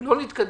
לא נתקדם.